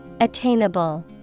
Attainable